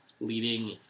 leading